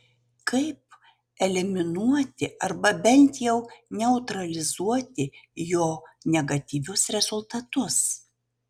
kaip eliminuoti arba bent jau neutralizuoti jo negatyvius rezultatus